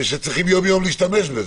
ושצריכים יום-יום להשתמש בזה.